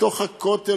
לתוך הכותל,